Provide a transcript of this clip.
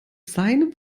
seinem